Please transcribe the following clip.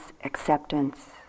acceptance